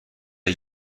der